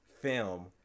film